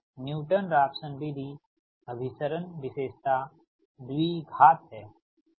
जबकि Newton Raphson विधि अभिसरण विशेषता द्विघात है